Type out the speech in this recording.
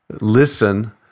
Listen